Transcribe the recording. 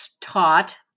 taught